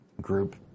group